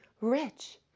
rich